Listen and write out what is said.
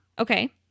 Okay